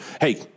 hey